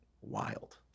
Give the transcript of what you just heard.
Wild